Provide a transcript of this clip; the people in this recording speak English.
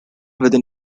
within